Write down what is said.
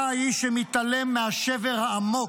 אתה האיש שמתעלם מהשבר העמוק,